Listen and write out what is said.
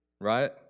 Right